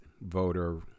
voter